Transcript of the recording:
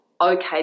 okay